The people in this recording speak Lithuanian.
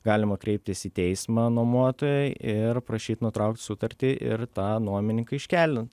galima kreiptis į teismą nuomotojo ir prašyt nutraukt sutartį ir tą nuomininką iškeldint